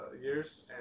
years